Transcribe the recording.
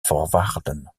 voorwaarden